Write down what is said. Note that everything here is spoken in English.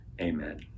Amen